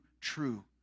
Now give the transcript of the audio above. true